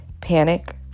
panic